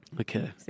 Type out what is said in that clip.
Okay